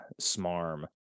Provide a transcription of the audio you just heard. smarm